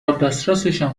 دسترسشان